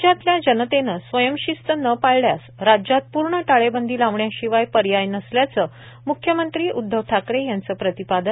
राज्यातल्या जनतेन स्वयंशिस्त न पाळल्यास राज्यात पूर्ण टाळेबंदी लावण्याशिवाय पर्याय नसल्याचं मुख्यमंत्री उदधव ठाकरे यांचं प्रतिपादन